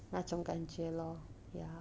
那种感觉 lor ya